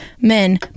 Men